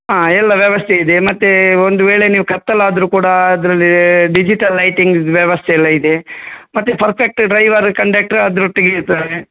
ಹಾಂ ಎಲ್ಲ ವ್ಯವಸ್ಥೆ ಇದೆ ಮತ್ತೆ ಒಂದು ವೇಳೆ ನೀವು ಕತ್ತಲಾದರು ಕೂಡ ಅದರಲ್ಲಿ ಡಿಜಿಟಲ್ ಲೈಟಿಂಗ್ ವ್ಯವಸ್ಥೆ ಎಲ್ಲ ಇದೆ ಮತ್ತೆ ಫರ್ಫೆಕ್ಟ್ ಡ್ರೈವರ್ ಕಂಡೆಕ್ಟ್ರ್ ಅದರೊಟ್ಟಿಗೆ ಇರ್ತಾರೆ